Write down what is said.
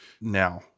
Now